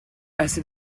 assez